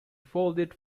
folded